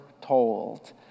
Told